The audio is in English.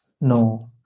no